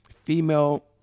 female